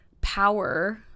power